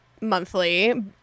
monthly